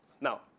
Now